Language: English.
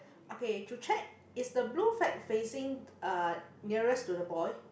okay to check is the blue flag facing uh nearest to the boy